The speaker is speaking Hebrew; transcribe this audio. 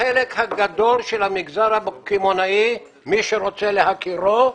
החלק הגדול של המגזר הקמעונאי, מי שרוצה להכירו,